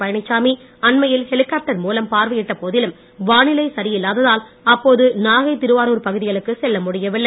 பழனிச்சாமி அண்மையில் ஹெலிகாப்டர் மூலம் பார்வையிட்ட போதிலும் வானிலை சரி இல்லாததால் அப்போது நாகை திருவாரூர் பகுதிகளுக்கு செல்ல முடியவில்லை